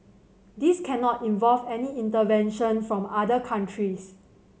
this cannot involve any intervention from other countries